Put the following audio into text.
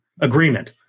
agreement